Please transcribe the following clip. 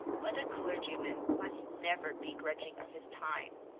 but a clergyman must never be grudging of his time.